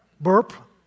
burp